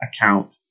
account